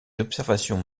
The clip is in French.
observations